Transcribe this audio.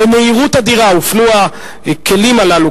ובמהירות אדירה הופנו הכלים הללו,